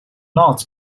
not